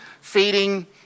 feeding